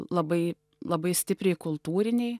labai labai stipriai kultūriniai